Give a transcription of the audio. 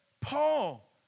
Paul